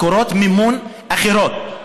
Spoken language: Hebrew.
מקורות מימון אחרים,